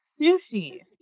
Sushi